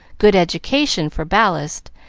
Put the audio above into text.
good education for ballast,